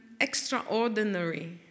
extraordinary